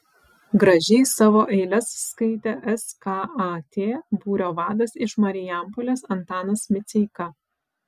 gražiai savo eiles skaitė skat būrio vadas iš marijampolės antanas miceika